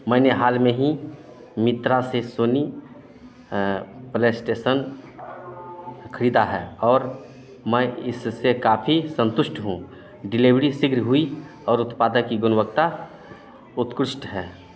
मैंने हाल ही में मित्रा से सोनी प्लेस्टेशन खरीदा है और मैं इससे काफी संतुष्ट हूँ डिलीवरी शीघ्र हुई और उत्पाद की गुणवत्ता उत्कृष्ट है